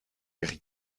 gris